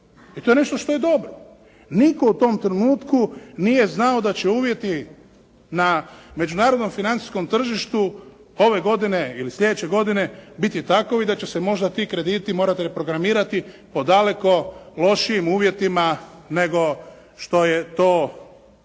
I to je nešto što je dobro. Nitko u tom trenutku nije znao da će uvjeti na međunarodnom financijskom tržištu ove godine ili sljedeće godine biti takvi da će se možda ti krediti morati reprogramirati po daleko lošijim uvjetima nego što je to